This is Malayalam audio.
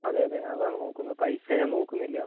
അതെയതെ അതാണ് നോക്കുന്നത് പൈസ ഞാൻ നോക്കുന്നില്ല